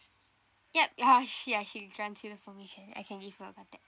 yup ya she ya she grants you the permission I can give you her contact